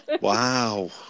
Wow